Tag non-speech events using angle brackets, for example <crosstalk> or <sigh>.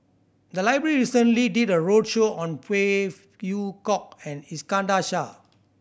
the library recently did a roadshow on Phey <unintelligible> Yew Kok and Iskandar Shah